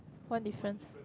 one difference